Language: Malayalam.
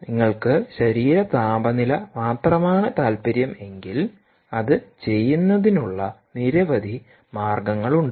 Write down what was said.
നിങ്ങൾക്ക് ശരീര താപനില മാത്രമാണ് താൽപ്പര്യം എങ്കിൽ അത് ചെയ്യുന്നതിനുള്ള നിരവധി മാർഗങ്ങൾ ഉണ്ട്